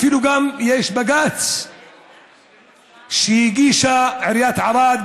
אפילו יש בג"ץ שהגישה עיריית ערד,